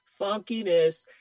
funkiness